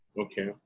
Okay